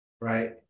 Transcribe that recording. right